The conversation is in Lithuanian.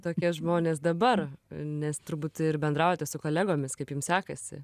tokie žmonės dabar nes turbūt ir bendraujate su kolegomis kaip jum sekasi